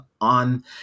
on